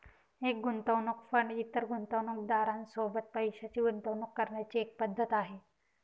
एक गुंतवणूक फंड इतर गुंतवणूकदारां सोबत पैशाची गुंतवणूक करण्याची एक पद्धत आहे